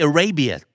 Arabia